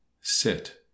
sit